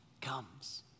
comes